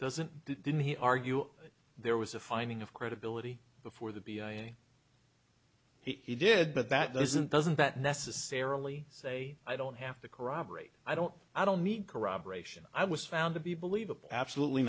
doesn't didn't he argue there was a finding of credibility before the b i and he did but that doesn't doesn't that necessarily say i don't have to corroborate i don't i don't need corroboration i was found to be believable absolutely